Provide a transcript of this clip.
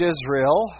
Israel